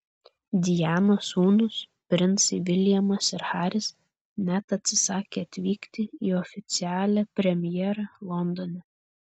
dianos sūnūs princai viljamas ir haris net atsisakė atvykti į oficialią premjerą londone